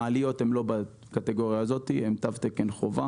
המעליות הן לא בקטגוריה הזאת, הן תו תקן חובה